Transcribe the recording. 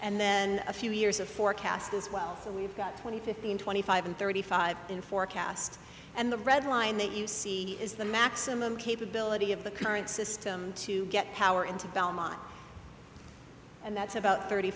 and then a few years of forecast as well so we've got twenty fifteen twenty five and thirty five in forecast and the red line that you see is the maximum capability of the current system to get power into belmont and that's about thirty